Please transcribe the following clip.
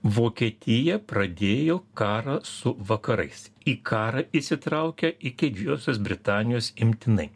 vokietija pradėjo karą su vakarais į karą įsitraukė iki didžiosios britanijos imtinai